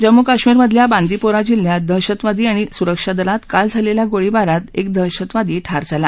जम्मू कश्मीर मधल्या बाद्मिोरा जिल्ह्यात दहशतवादी आणि सुरक्षा दलात काल झालख्या गोळीबारात एक दहशतवादी ठार झाला